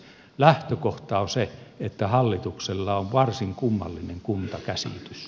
lähtökohta on se että hallituksella on varsin kummallinen kunta käsite